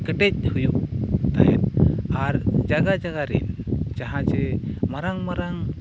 ᱠᱮᱴᱮᱡ ᱦᱩᱭᱩᱜ ᱛᱟᱦᱮᱫ ᱟᱨ ᱡᱟᱭᱜᱟ ᱡᱟᱭᱜᱟᱨᱮᱱ ᱡᱟᱦᱟᱸ ᱡᱮ ᱢᱟᱨᱟᱝ ᱢᱟᱨᱟᱝ